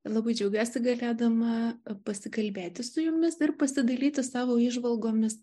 labai džiaugiuosi galėdama pasikalbėti su jumis ir pasidalyti savo įžvalgomis